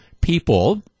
people